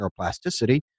neuroplasticity